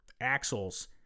axles